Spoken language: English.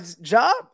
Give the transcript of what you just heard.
job